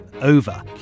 over